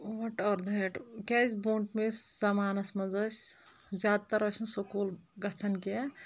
what are that کیٛازِ زَمانَس منٛز ٲسۍ زیادٕ تَر ٲسۍ نہٕ سکوٗل گژھان کیٚنٛہہ